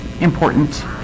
important